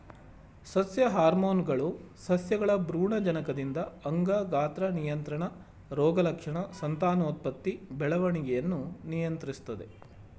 ಸಸ್ಯ ಹಾರ್ಮೋನ್ಗಳು ಸಸ್ಯಗಳ ಭ್ರೂಣಜನಕದಿಂದ ಅಂಗ ಗಾತ್ರ ನಿಯಂತ್ರಣ ರೋಗಲಕ್ಷಣ ಸಂತಾನೋತ್ಪತ್ತಿ ಬೆಳವಣಿಗೆಯನ್ನು ನಿಯಂತ್ರಿಸ್ತದೆ